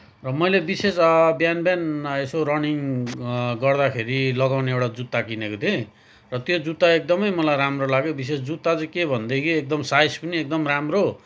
र मैले विशेष बिहान बिहान यसो रनिङ गर्दाखेरि लगाउने एउटा जुत्ता किनेको थिएँ र त्यो जुत्ता एकदमै मलाई राम्रो लाग्यो विशेष जुत्ता चाहिँ के भनेदेखि एकदम साइज पनि एकदम राम्रो